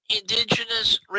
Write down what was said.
indigenous